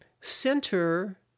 center